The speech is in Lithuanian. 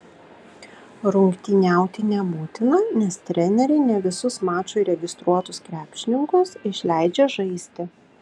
rungtyniauti nebūtina nes treneriai ne visus mačui registruotus krepšininkus išleidžia žaisti